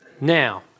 Now